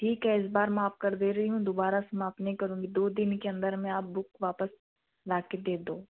ठीक है इस बार माफ कर दे रही हूँ दोबारा से माफ नहीं करूँगी दो दिन के अंदर में आप बुक वापस लाके दे दो